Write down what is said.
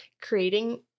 creating